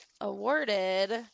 awarded